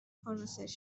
conversation